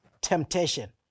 temptation